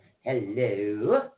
hello